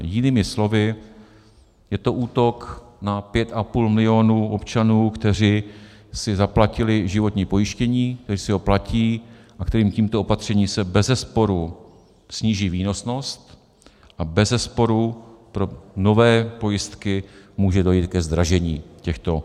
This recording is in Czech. Jinými slovy, je to útok na 5,5 milionu občanů, kteří si zaplatili životní pojištění, kteří si ho platí a kterým tímto opatřením se bezesporu sníží výnosnost a bezesporu pro nové pojistky může dojít ke zdražení těchto .